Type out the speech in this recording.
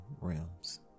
realms